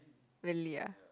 really ah